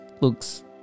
looks